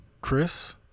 Chris